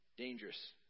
dangerous